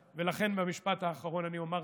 נכון, בהחלט, ולכן במשפט האחרון אני אומר כך: